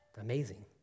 Amazing